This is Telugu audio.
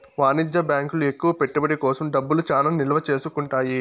వాణిజ్య బ్యాంకులు ఎక్కువ పెట్టుబడి కోసం డబ్బులు చానా నిల్వ చేసుకుంటాయి